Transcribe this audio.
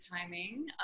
timing